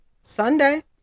Sunday